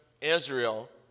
Israel